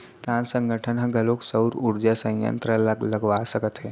किसान संगठन ह घलोक सउर उरजा संयत्र ल लगवा सकत हे